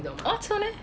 oh 做么 leh